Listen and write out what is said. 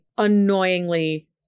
annoyingly